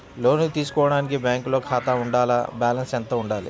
లోను తీసుకోవడానికి బ్యాంకులో ఖాతా ఉండాల? బాలన్స్ ఎంత వుండాలి?